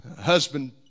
husband